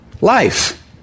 life